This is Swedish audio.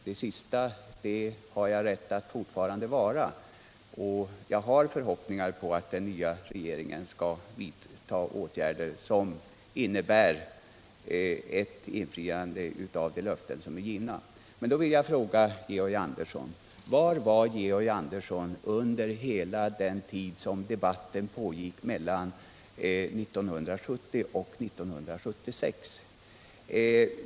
Det sista har jag rätt att fortfarande vara — jag hyser förhoppningen att den nya regeringen skall vidta åtgärder som innebär ett infriande av givna löften. |: Men då vill jag fråga Georg Andersson: Var var Georg Andersson hela den tid då debatten pågick mellan 1970 och 1976?